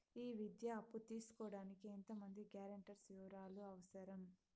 ఈ విద్యా అప్పు తీసుకోడానికి ఎంత మంది గ్యారంటర్స్ వివరాలు అవసరం?